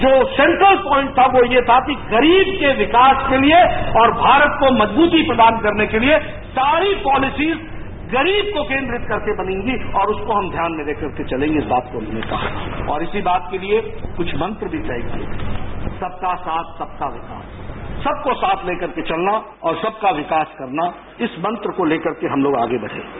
जो central point था वो ये था कि गरीब के विकास के लिए और भारत को मजबूती प्रदान करने के लिए सारी पॉलिसीज गरीब को केन्द्रित करके बनेगी और उसको हम ध्यान में लेकर के चलेंगे इस बात को हमने कहा था और इसी बात के लिए कुछ मंत्र भी तय किये थे सबका साथ सबका विकास सबको साथ ले करके चलना और सबका विकास करना इस मंत्र को लेकर हम आगे बढ़ेंगे